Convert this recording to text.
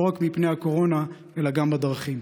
לא רק מפני הקורונה אלא גם בדרכים.